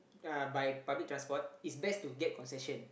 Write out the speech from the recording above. uh by public transport it's best to get concession